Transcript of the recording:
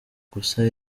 gusa